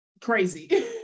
crazy